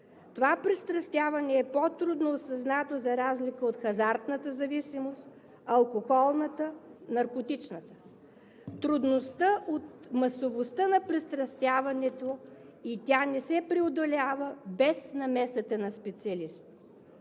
Това пристрастяване е по-трудно осъзнато за разлика от хазартната зависимост, алкохолната, наркотичната, трудността от масовостта на пристрастяването и тя не се преодолява без намесата на специалист.